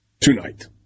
Tonight